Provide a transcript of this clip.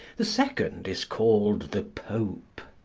the second is called the pope.